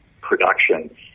production